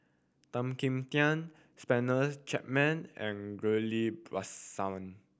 Tan Kim Tian Spencer Chapman and Ghillie Basan